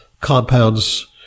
compounds